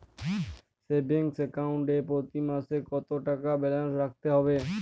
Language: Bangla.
সেভিংস অ্যাকাউন্ট এ প্রতি মাসে কতো টাকা ব্যালান্স রাখতে হবে?